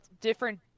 different